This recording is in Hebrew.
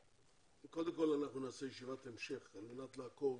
אנחנו נעשה ישיבת המשך על מנת לעקוב